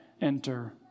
enter